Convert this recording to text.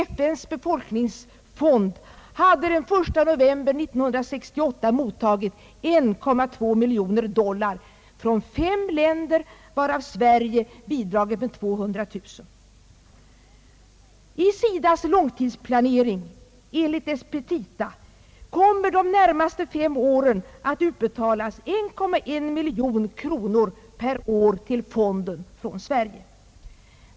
FN:s befolkningsfond hade den 1 november 1968 mottagit totalt 1,2 miljon dollar från fem länder, varav Sverige bidragit med 200 000. I SIDA:s långtidsplanering — enligt dess petita — kommer under de närmaste fem åren att utbetalas 1,1 miljon kronor per år till fonden.